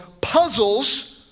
Puzzles